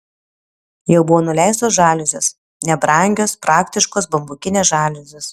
jau buvo nuleistos žaliuzės nebrangios praktiškos bambukinės žaliuzės